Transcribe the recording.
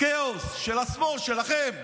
כאוס של השמאל, שלכם.